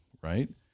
right